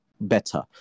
better